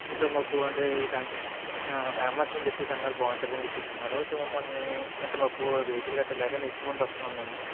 so మాకు అంటే ఈ ఫే ఫేమస్ అని చెప్పేసి అన్నారు బాగుంటుందని చెప్పేసి అన్నారు సో మనల్ని అంటే మాకు వెహికల్ గట్టా లేక ఎక్కువమంది వస్తాం మేము